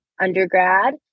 undergrad